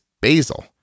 basil